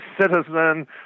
citizen